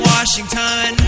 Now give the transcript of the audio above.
Washington